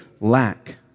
lack